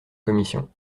commission